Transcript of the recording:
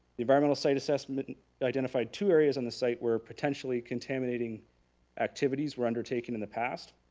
environmental site assessment identified two areas on the site where potentially contaminating activities were undertaken in the past.